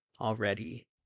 already